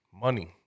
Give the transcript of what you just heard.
money